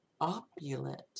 opulent